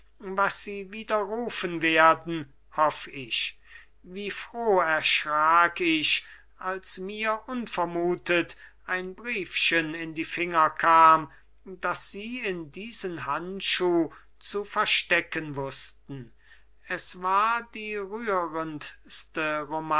was sie widerrufen werden hoff ich wie froh erschrak ich als mir unvermutet ein briefchen in die finger kam das sie in diesen handschuh zu verstecken wußten es war die rührendste